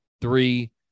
three